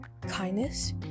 kindness